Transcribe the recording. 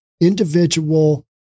individual